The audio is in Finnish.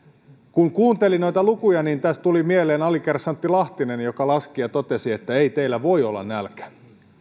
kun kuunteli noita lukuja niin tässä tuli mieleen alikersantti lahtinen joka laski ja totesi että ei teillä voi olla nälkä